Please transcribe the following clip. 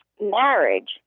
marriage